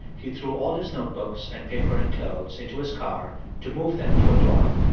he threw all his notebooks and paper and clothes into his car to move them to a dorm.